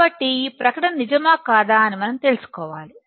కాబట్టి ఆ ప్రకటన నిజమా కాదా అని మనం తెలుసుకోవాలి